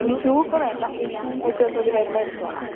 പിന്നെ ഷൂ ഇപ്പോൾ വേണ്ട ഇനി ഓരു ദിവസം ഇവിടെ വരുമ്പോൾ എടുത്തോളാം